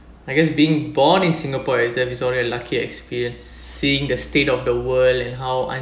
I guess being born in singapore is already lucky experience seeing the state of the world and how unsafe